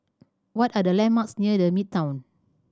what are the landmarks near The Midtown